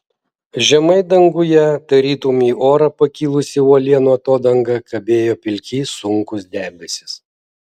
žemai danguje tarytum į orą pakilusi uolienų atodanga kabėjo pilki sunkūs debesys